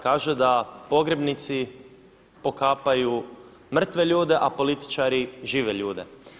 Kaže da pogrebnici pokapaju mrtve ljude, a političari žive ljude.